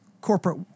Corporate